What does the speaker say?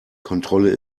kontrolle